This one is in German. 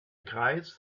kreis